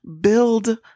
build